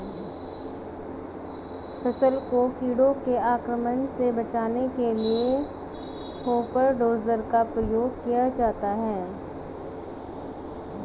फसल को कीटों के आक्रमण से बचाने के लिए हॉपर डोजर का प्रयोग किया जाता है